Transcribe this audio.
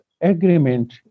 agreement